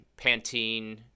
Pantene